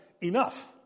enough